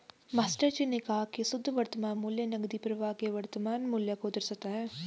मास्टरजी ने कहा की शुद्ध वर्तमान मूल्य नकदी प्रवाह के वर्तमान मूल्य को दर्शाता है